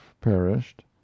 perished